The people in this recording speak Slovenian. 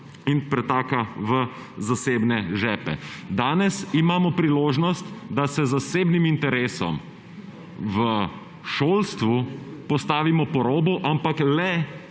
in pretaka v zasebne žepe. Danes imamo priložnost, da se zasebnim interesom v šolstvu postavimo po robu, ampak le